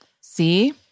See